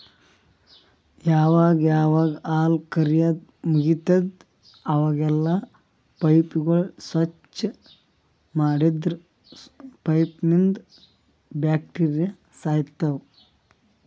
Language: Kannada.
ಯಾವಾಗ್ ಯಾವಾಗ್ ಹಾಲ್ ಕರ್ಯಾದ್ ಮುಗಿತದ್ ಅವಾಗೆಲ್ಲಾ ಪೈಪ್ಗೋಳ್ ಸ್ವಚ್ಚ್ ಮಾಡದ್ರ್ ಪೈಪ್ನಂದ್ ಬ್ಯಾಕ್ಟೀರಿಯಾ ಸಾಯ್ತವ್